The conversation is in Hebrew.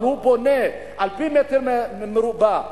אבל הוא בונה על-פי מטר מרובע,